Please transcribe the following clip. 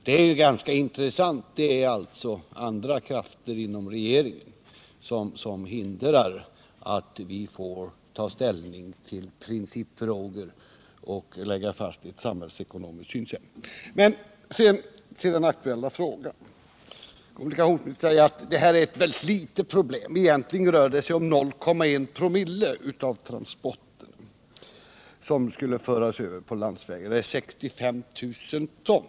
Det är ganska intressant — det är alltså andra krafter inom regeringen som hindrar att vi får ta ställning till principfrågor och lägga fast ett samhällsekonomiskt synsätt på trafikpolitiken. Till den aktuella frågan. Kommunikationsministern säger att det är ett litet problem, egentligen rör det sig om 0,1 ?/0o0 av transporterna som skall föras över på landsväg, eller 65 000 ton.